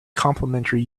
complementary